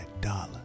dollar